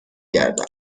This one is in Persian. گردم